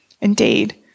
Indeed